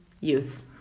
youth